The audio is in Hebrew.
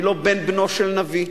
אני לא בן בנו של נביא,